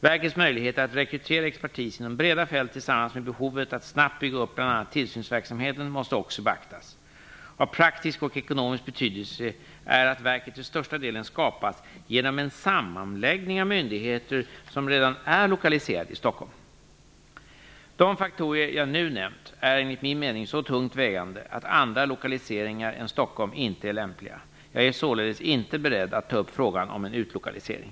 Verkets möjligheter att rekrytera expertis inom breda fält tillsammans med behovet att snabbt bygga upp bl.a. tillsynsverksamheten måste också beaktas. Av praktisk och ekonomisk betydelse är att verket till största delen skapas genom en sammanläggning av myndigheter som redan är lokaliserade i Stockholm. De faktorer jag nu nämnt är enligt min mening så tungt vägande att andra lokaliseringar än Stockholm inte är lämpliga. Jag är således inte beredd att ta upp frågan om en utlokalisering.